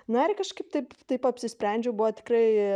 na ir kažkaip taip taip apsisprendžiau buvo tikrai